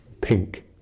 Pink